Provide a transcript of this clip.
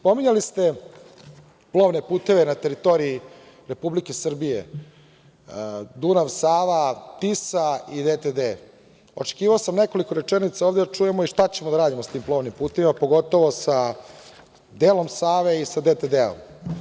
Pominjali ste plovne puteve na teritoriji Republike Srbije, Dunav-Sava-Tisa i DTD, očekivao sam nekoliko rečenica ovde da čujemo i šta ćemo da radimo sa tim plovnim putevima, pogotovo sa delom Save i sa DTD.